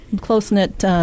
close-knit